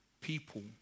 people